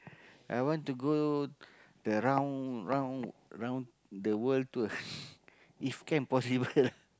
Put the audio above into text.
I want to go the round round round the world tour if can possible lah